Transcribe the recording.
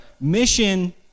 mission